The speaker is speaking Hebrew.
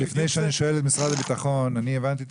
לפני שאני שואל את משרד הביטחון אני הבנתי את